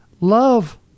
Love